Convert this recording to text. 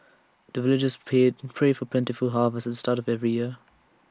the villagers paid pray for plentiful harvest at the start of every year